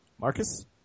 Marcus